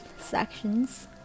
sections